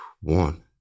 one